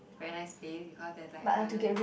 very nice place because there's like a garden